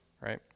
right